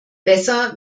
besser